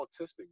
autistic